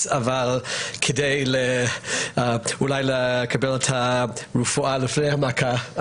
יהיה בשבוע הבא אבל אולי כדאי להקדים את הרפואה למכה.